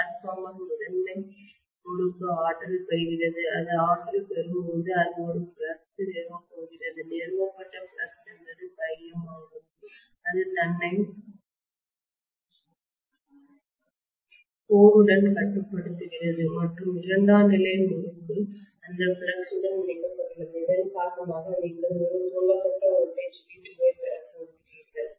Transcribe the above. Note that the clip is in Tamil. டிரான்ஸ்பார்மர் முதன்மை முறுக்கு ஆற்றல் பெறுகிறது அது ஆற்றல் பெறும்போது அது ஒரு ஃப்ளக்ஸ் நிறுவப் போகிறது நிறுவப்பட்ட ஃப்ளக்ஸ் என்பது∅m ஆகும் அது தன்னை கோருடன் கட்டுப்படுத்துகிறது மற்றும் இரண்டாம் நிலை முறுக்கு அந்த ஃப்ளக்ஸ் உடன் இணைக்கப்பட்டுள்ளது இதன் காரணமாக நீங்கள் ஒரு தூண்டப்பட்ட வோல்டேஜ் V2 ஐப் பெறப் போகிறீர்கள்